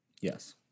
Yes